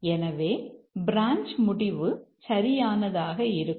எனவே பிரான்ச் முடிவு சரியானதாக இருக்கும்